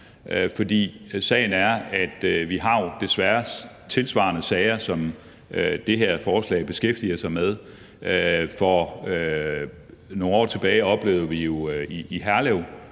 sagen er, at vi jo desværre har tilsvarende sager, som det her forslag beskæftiger sig med. For nogle år tilbage oplevede vi jo i Herlev